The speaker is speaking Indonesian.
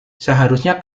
seharusnya